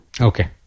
Okay